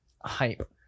hype